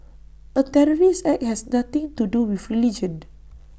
A terrorist act has nothing to do with religion